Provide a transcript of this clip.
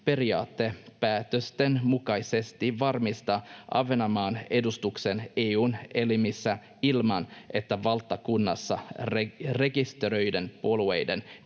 periaatepäätösten mukaisesti varmistaa Ahvenanmaan edustuksen EU:n elimissä ilman, että valtakunnassa rekisteröityjen puolueiden